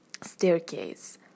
staircase